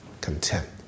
content